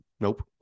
Nope